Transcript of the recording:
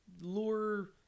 lure